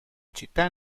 città